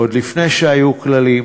עוד לפני שהיו כללים,